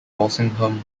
walsingham